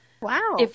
Wow